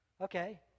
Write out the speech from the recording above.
okay